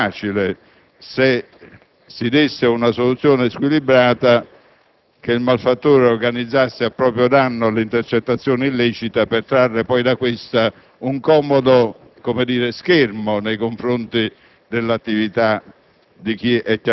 Sarebbe, con ogni evidenza, troppo facile - se si desse una soluzione squilibrata - che il malfattore organizzasse a proprio danno l'intercettazione illecita per trarre poi da questa un comodo